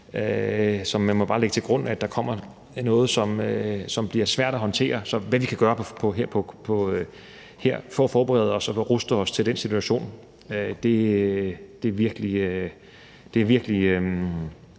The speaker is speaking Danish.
man må lægge til grund, at der kommer noget, som bliver svært at håndtere. Så det, som vi her kan gøre for at forberede os og ruste os til den situation, er virkelig